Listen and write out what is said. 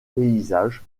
paysage